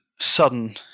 sudden